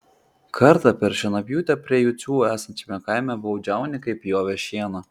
kartą per šienapjūtę prie jucių esančiame kaime baudžiauninkai pjovė šieną